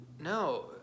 No